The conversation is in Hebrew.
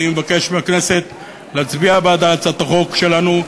אני מבקש מהכנסת להצביע בעד הצעת החוק שלנו,